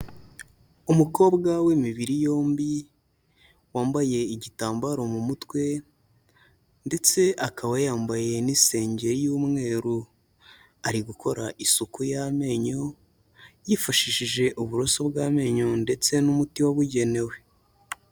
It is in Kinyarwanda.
Umukobwa w'imibiri yombi, wambaye igitambaro mu mutwe ndetse akaba yambaye n'isenge y'umweru, ari gukora isuku y'amenyo yifashishije uburoso bw'amenyo ndetse n'umuti wabugenewe.